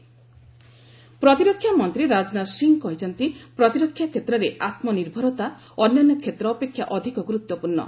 Rajnath self reliance ପ୍ରତିରକ୍ଷା ମନ୍ତ୍ରୀ ରାଜନାଥ ସିଂହ କହିଛନ୍ତି ପ୍ରତିରକ୍ଷା କ୍ଷେତ୍ରରେ ଆତ୍ମନିର୍ଭରତା ଅନ୍ୟାନ୍ୟ କ୍ଷେତ୍ର ଅପେକ୍ଷା ଅଧିକ ଗୁରୁତ୍ୱପୂର୍ଣ୍ଣ